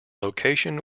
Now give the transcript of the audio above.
location